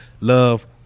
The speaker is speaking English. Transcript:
love